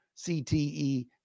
CTE